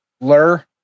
Lur